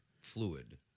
Fluid